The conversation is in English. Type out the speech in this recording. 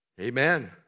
Amen